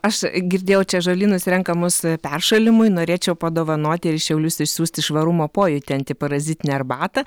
aš girdėjau čia žolynus renkamus peršalimui norėčiau padovanoti ir į šiaulius išsiųsti švarumo pojūtį antiparazitinę arbatą